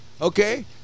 okay